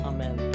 Amen